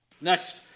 Next